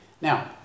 Now